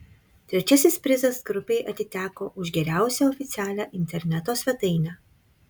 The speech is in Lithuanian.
trečiasis prizas grupei atiteko už geriausią oficialią interneto svetainę